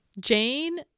Jane